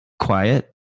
quiet